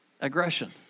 Aggression